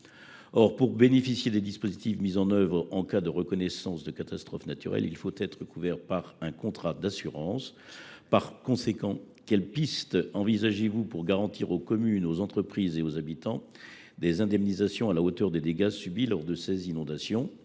Or, pour bénéficier des dispositifs mis en œuvre en cas de reconnaissance de catastrophe naturelle, il faut être couvert par un contrat d’assurance. Dès lors, quelles pistes envisagez vous pour garantir aux communes, aux entreprises et aux habitants des indemnisations à la hauteur des dégâts subis lors des inondations ?